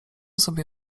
sobie